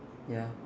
ya